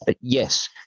yes